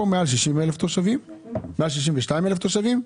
פה מעל 62,000 תושבים,